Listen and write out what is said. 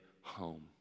home